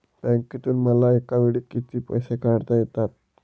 बँकेतून मला एकावेळी किती पैसे काढता येतात?